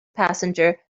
passenger